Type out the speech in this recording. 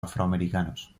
afroamericanos